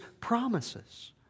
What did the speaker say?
promises